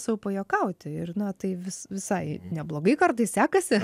sau pajuokauti ir na tai vis visai neblogai kartais sekasi